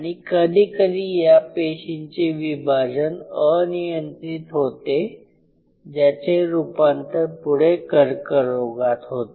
आणि कधी कधी या पेशींचे विभाजन अनियंत्रित होते ज्याचे रूपांतर पुढे कर्करोगात होते